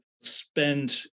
spend